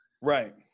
Right